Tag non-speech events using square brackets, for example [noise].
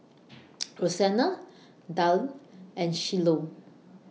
[noise] Rosena Daryle and Shiloh